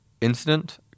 Incident